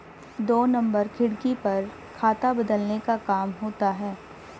दो नंबर खिड़की पर खाता बदलने का काम होता है